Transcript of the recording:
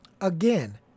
again